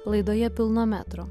laidoje pilno metro